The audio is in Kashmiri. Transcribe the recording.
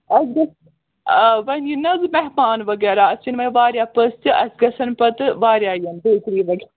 اَسہِ گژھِ آ وۅنۍ ینہٕ نا حظ مَہمان وغیرہ اَسہِ یِنۍ وۅنۍ واریاہ پٔژھۍ تہِ اَسہِ گژھن پَتہٕ واریاہ یِم بیکری وَغیرہ